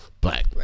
black